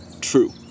true